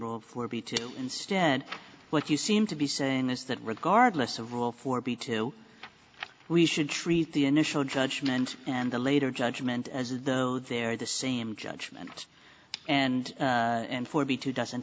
for be too instead what you seem to be saying is that regardless of rule for b two we should treat the initial judgment and the later judgment as though they are the same judgement and and for b to doesn't